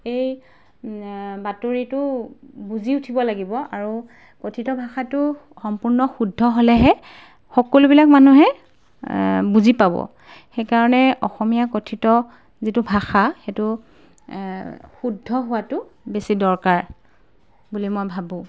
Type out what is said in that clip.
এই বাতৰিটো বুজি উঠিব লাগিব আৰু কথিত ভাষাটো সম্পূৰ্ণ শুদ্ধ হ'লেহে সকলোবিলাক মানুহে বুজি পাব সেইকাৰণে অসমীয়া কথিত যিটো ভাষা সেইটো শুদ্ধ হোৱাটো বেছি দৰকাৰ বুলি মই ভাবোঁ